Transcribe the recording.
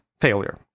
failure